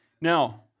Now